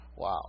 Wow